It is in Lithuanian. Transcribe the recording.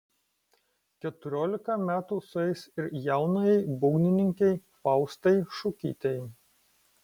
keturiolika metų sueis ir jaunajai būgnininkei faustai šukytei